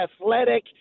athletic